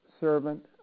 servant